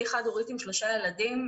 אני חד הורית עם שלושה ילדים,